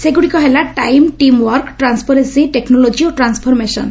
ସେଗୁଡ଼ିକ ହେଲା time team work transparency technology ଓ ଟ୍ରାନ୍ୱଫରମେସନ୍